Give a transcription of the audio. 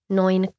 noin